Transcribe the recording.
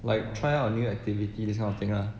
like try out new activity this kind of thing lah